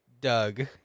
Doug